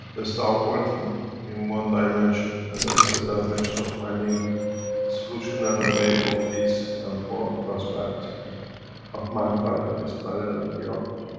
ah start working in one dimension and that's a dimension of finding a solution and a way for peace and for prosperity of mankind on this planet and beyond it.